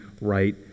right